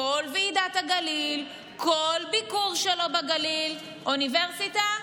כל ועידת הגליל, כל ביקור שלו בגליל: אוניברסיטה,